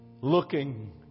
looking